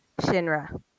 Shinra